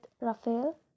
Raphael